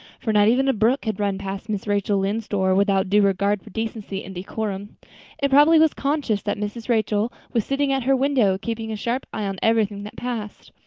for not even a brook could run past mrs. rachel lynde's door without due regard for decency and decorum it probably was conscious that mrs. rachel was sitting at her window, keeping a sharp eye on everything that passed,